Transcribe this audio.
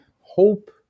hope